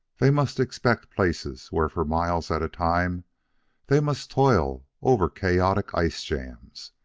they must expect places where for miles at a time they must toil over chaotic ice-jams,